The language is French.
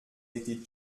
été